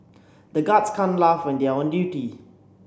the guards can't laugh when they are on duty